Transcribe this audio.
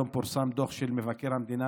היום פורסם דוח של מבקר המדינה,